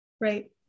Right